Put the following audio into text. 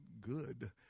good